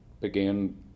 began